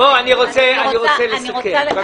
אני רוצה לחדד.